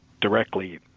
directly